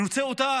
אני רוצה שאותה